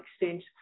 extent